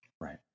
Right